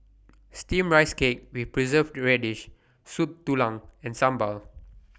Steamed Rice Cake with Preserved Radish Soup Tulang and Sambal